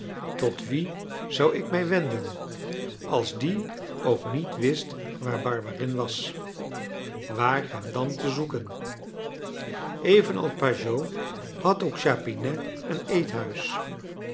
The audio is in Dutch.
tot wien zou ik mij wenden als die ook niet wist waar barberin was waar hem dan te zoeken evenals pajot had ook chapinet een eethuis